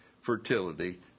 fertility